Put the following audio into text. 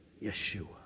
Yeshua